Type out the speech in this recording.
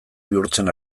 bihurtzen